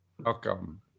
welcome